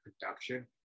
production